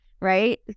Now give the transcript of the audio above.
Right